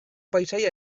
paisaia